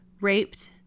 raped